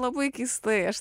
labai keistai aš